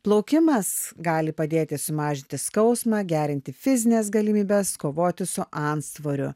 plaukimas gali padėti sumažinti skausmą gerinti fizines galimybes kovoti su antsvoriu